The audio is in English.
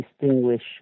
distinguish